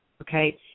okay